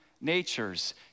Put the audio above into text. natures